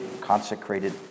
consecrated